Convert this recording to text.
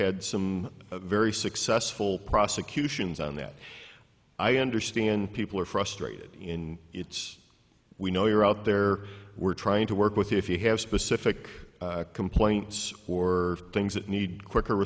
had some very successful prosecutions on that i understand people are frustrated in it's we know you're out there we're trying to work with if you have specific complaints or things that need quicker